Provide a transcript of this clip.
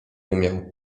umiał